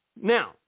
Now